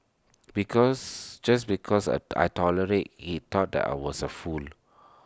because just because A I tolerated he thought I was A fool